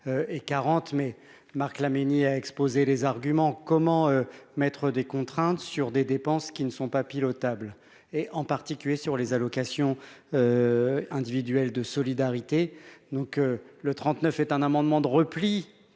et 40 mais Marc Laménie a exposé les arguments comment mettre des contraintes sur des dépenses qui ne sont pas pilotable, et en particulier sur les allocations individuelles de solidarité donc le trente-neuf est un amendement de repli